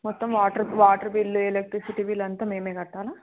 మొత్తం water water bill electricity bill అంతా మేమే కట్టాలా